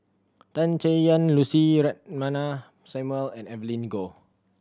Tan Chay Yan Lucy Samuel and Evelyn Goh